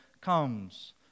comes